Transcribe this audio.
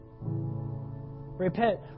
Repent